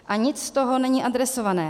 A nic z toho není adresované.